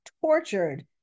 tortured